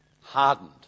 hardened